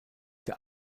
der